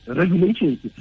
regulations